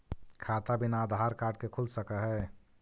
खाता बिना आधार कार्ड के खुल सक है?